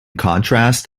contrast